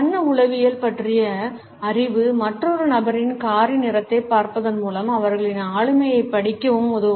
வண்ண உளவியல் பற்றிய அறிவு மற்றொரு நபரின் காரின் நிறத்தைப் பார்ப்பதன் மூலம் அவர்களின் ஆளுமையைப் படிக்கவும் உதவும்